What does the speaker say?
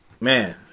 Man